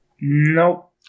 Nope